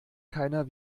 keiner